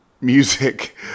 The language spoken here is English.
music